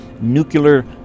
nuclear